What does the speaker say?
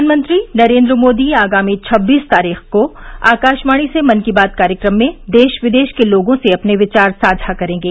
प्रधानमंत्री नरेन्द्र मोदी आगामी छब्बीस तारीख को आकाशवाणी से मन की बात कार्यक्रम में देश विदेश के लोगों से अपने विचार साझा करेंगे